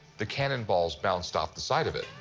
the cannon balls bounced off the side of it.